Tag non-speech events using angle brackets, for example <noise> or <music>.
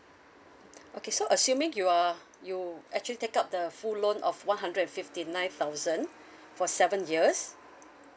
mm okay so assuming you are you actually take up the full loan of one hundred and fifty nine thousand <breath> for seven years